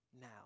now